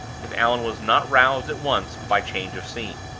if allan was not roused at once by change of scene.